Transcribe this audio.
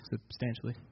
substantially